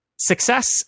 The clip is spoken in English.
success